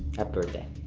happy birthday.